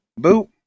boop